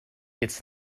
jetzt